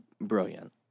Brilliant